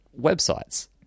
websites